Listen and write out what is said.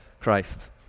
Christ